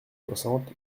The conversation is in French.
soixante